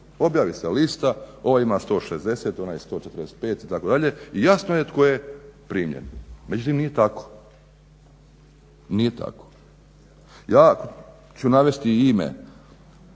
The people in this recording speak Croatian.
Objavi se lista, ovaj ima 160., onaj 145. itd. I jasno je tko je primljen. Međutim, nije tako. Nije tako. Ja ću navesti ime